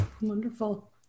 wonderful